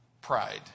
pride